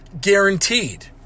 guaranteed